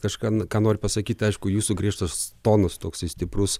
kažką ką noriu pasakyti aišku jūsų griežtas tonas toksai stiprus